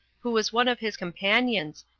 who was one of his companions,